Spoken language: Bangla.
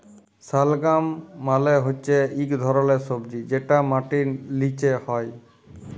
শালগাম মালে হচ্যে ইক ধরলের সবজি যেটা মাটির লিচে হ্যয়